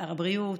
שר הבריאות,